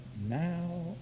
now